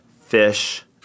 fish